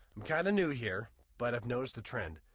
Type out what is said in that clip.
i'm kinda new here but i've noticed a trend.